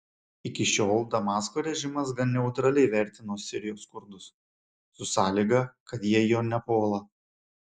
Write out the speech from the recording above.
iki šiol damasko režimas gan neutraliai vertino sirijos kurdus su sąlyga kad jie jo nepuola